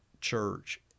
church